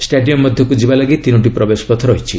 stadium ମଧ୍ୟକୁ ଯିବା ଲାଗି ତିନୋଟି ପ୍ରବେଶପଥ ରହିଛି